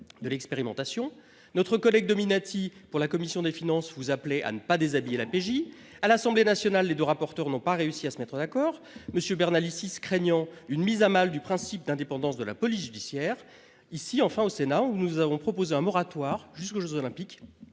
de l'expérimentation. Notre collègue Dominati pour la commission des finances, vous appeler à ne pas déshabiller la PJ à l'Assemblée nationale. Les deux rapporteurs n'ont pas réussi à se mettre d'accord monsieur Bernalicis craignant une mise à mal du principe d'indépendance de la police judiciaire ici enfin au Sénat où nous avons proposé un moratoire jusqu'aux Olympiques